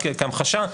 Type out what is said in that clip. רק כהמחשה,